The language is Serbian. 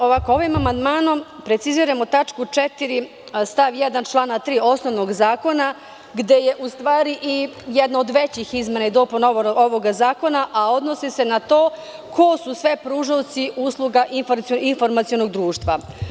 Ovim amandmanom preciziramo tačku 4. stav 1. člana 3. osnovnog zakona, gde je u stvari jedna od većih izmena i dopuna ovog zakona, a odnosi se na to ko su sve pružaoci usluga informacionog društva.